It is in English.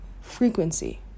frequency